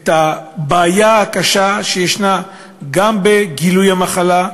את הבעיה הקשה, גם בגילוי המחלה,